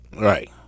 right